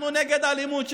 אנחנו נגד אלימות,